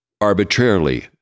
arbitrarily